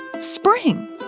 Spring